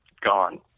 gone